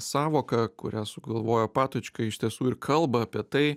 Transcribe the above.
sąvoka kurią sugalvojo patočka iš tiesų ir kalba apie tai